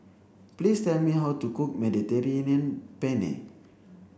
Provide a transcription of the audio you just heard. please tell me how to cook Mediterranean Penne